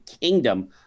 Kingdom